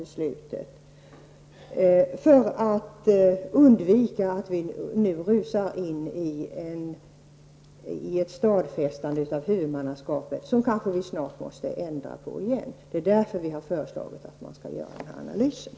Det gäller att undvika att rusa in i ett stadfästande av huvudmannaskapet som vi kanske snart på nytt måste ändra. Därför har vi föreslagit att en analys av frågan skall göras.